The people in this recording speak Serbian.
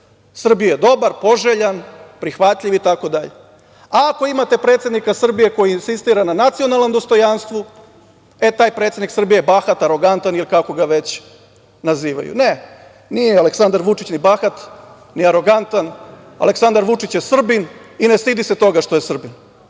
Srbije dobar, poželjan, prihvatljiv, itd. Ako imate predsednika Srbije koji insistira na nacionalnom dostojanstvu, e taj predsednik Srbije je bahat, arogantan ili kako ga već nazivaju. Ne, nije Aleksandar Vučić ni bahat, ni arogantan. Aleksandar Vučić je Srbin i ne stidi se toga što je Srbin.